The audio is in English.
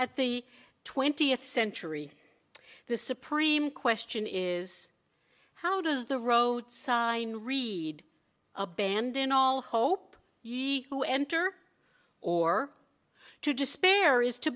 at the twentieth century the supreme question is how does the roadside and read abandon all hope you who enter or to despair is to